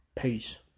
Peace